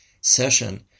session